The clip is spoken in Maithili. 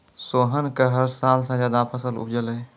सोहन कॅ हर साल स ज्यादा फसल उपजलै